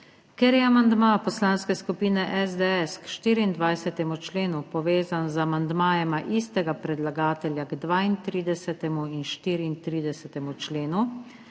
Ker je amandma Poslanske skupine SDS k 24. členu povezan z amandmajema istega predlagatelja k 32 in 34. členu,